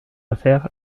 affaire